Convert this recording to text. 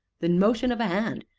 the motion of a hand,